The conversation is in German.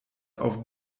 auf